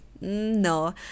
No